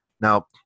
Now